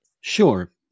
Sure